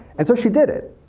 and so she did it.